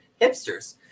hipsters